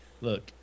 look